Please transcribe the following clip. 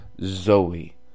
Zoe